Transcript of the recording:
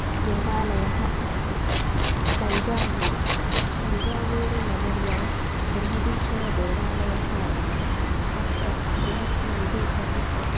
देवालयः अस्ति तंजावूरु तञ्जावूरुनगर्यां बृहदीश्वरदेवलायः अस्ति अत्र बृहद् नन्दी अपि अस्ति